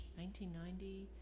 1990